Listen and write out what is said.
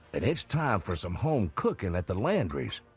and it's time for some home cooking at the landry's,